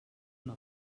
una